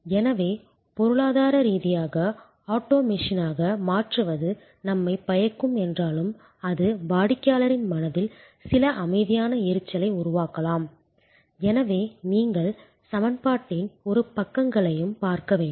எனவே பொருளாதார ரீதியாக ஆட்டோ மெஷினாக மாற்றுவது நன்மை பயக்கும் என்றாலும் அது வாடிக்கையாளரின் மனதில் சில அமைதியான எரிச்சலை உருவாக்கலாம் எனவே நீங்கள் சமன்பாட்டின் இரு பக்கங்களையும் பார்க்க வேண்டும்